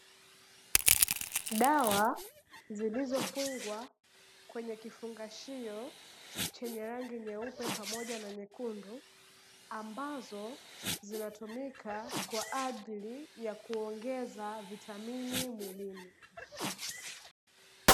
Dawa zilizofungwa kwenye kifungashio chenye rangi ya nyeupe pamoja na nyekundu, ambazo zinatumika kwa ajili ya kuongeza vitamini mwilini.